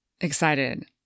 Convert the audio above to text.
excited